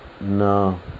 No